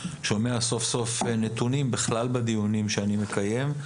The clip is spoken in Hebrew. גם אני שומע סוף סוף נתונים בכלל בדיונים שאני מקיים,